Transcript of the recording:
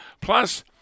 Plus